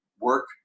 work